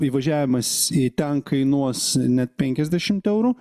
įvažiavimas į ten kainuos net penkiasdešimt eurų